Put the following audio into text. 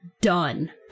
done